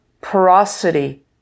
porosity